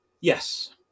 Yes